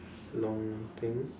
long thing